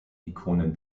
ikonen